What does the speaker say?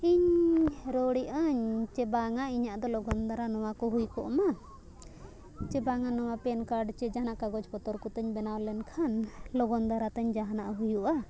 ᱤᱧ ᱨᱚᱲᱮᱜᱼᱟᱹᱧ ᱥᱮ ᱵᱟᱝᱟ ᱤᱧᱟᱹᱜ ᱫᱚ ᱞᱚᱜᱚᱱ ᱫᱟᱨᱟ ᱱᱚᱣᱟ ᱠᱚ ᱦᱩᱭ ᱠᱚᱜ ᱢᱟ ᱥᱮ ᱵᱟᱝᱼᱟ ᱱᱚᱣᱟ ᱯᱮᱱ ᱠᱟᱨᱰ ᱥᱮ ᱡᱟᱦᱟᱱᱟᱜ ᱠᱟᱜᱚᱡ ᱯᱚᱛᱚᱨ ᱠᱚᱛᱤᱧ ᱵᱮᱱᱟᱣ ᱞᱮᱱᱠᱷᱟᱱ ᱞᱚᱜᱚᱱ ᱫᱷᱟᱨᱟ ᱛᱤᱧ ᱡᱟᱦᱟᱱᱟᱜ ᱦᱩᱭᱩᱜᱼᱟ